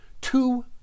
Two